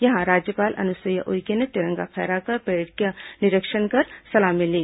यहां राज्यपाल अनुसुईया उइके ने तिरंगा फहराकर परेड का निरीक्षण कर सलामी ली